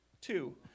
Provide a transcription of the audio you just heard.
two